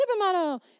supermodel